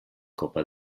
copa